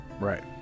Right